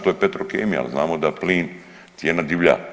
To je Petrokemija jer znamo da plin cijena divlja.